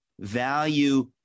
value